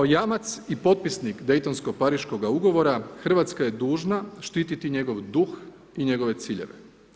Kao jamac i potpisnik daytonsko-pariškoga ugovora, Hrvatska je dužna štititi njegov duh i njegove ciljeve.